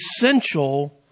essential